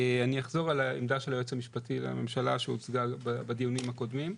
אני אחזור על העמדה של היועץ המשפטי לממשלה שהוצגה בדיונים הקודמים.